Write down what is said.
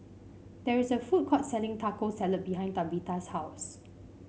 there is a food court selling Taco Salad behind Tabitha's house